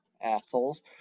assholes